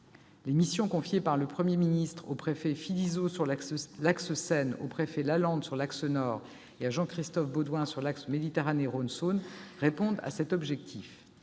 Les missions confiées par le Premier ministre au préfet Philizot sur l'axe Seine, au préfet Lalande sur l'axe Nord et à Jean-Christophe Baudouin sur l'axe Méditerranée-Rhône-Saône répondent à cet objectif.